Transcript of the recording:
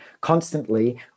constantly